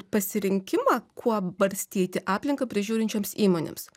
pasirinkimą kuo barstyti aplinką prižiūrinčioms įmonėms